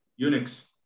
Unix